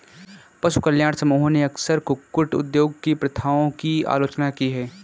पशु कल्याण समूहों ने अक्सर कुक्कुट उद्योग की प्रथाओं की आलोचना की है